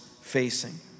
facing